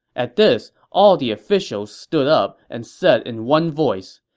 at this, all the officials stood up and said in one voice,